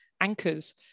anchors